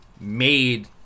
made